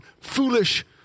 foolish